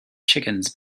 chickens